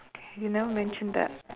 you never mentioned that